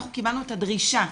אנחנו קיבלנו את הדרישה.